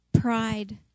pride